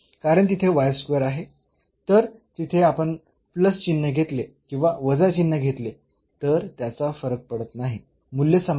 तर तिथे आपण प्लस चिन्ह घेतले किंवा वजा चिन्ह घेतले तर त्याचा फरक पडत नाही मूल्य समान असेल